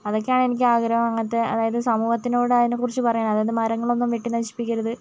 അതൊക്കെയാണ് എനിക്ക് ആഗ്രഹം അങ്ങനത്തെ അതായത് സമൂഹത്തിനോട് അതിനെക്കുറിച്ച് പറയാൻ അതായത് മരങ്ങളൊന്നും വെട്ടി നശിപ്പിക്കരുത്